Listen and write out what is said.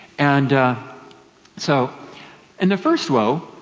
and so in the first woe,